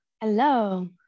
Hello